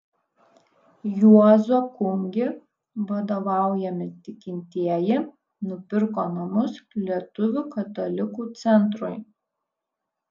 juozo kungi vadovaujami tikintieji nupirko namus lietuvių katalikų centrui